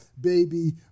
baby